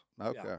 Okay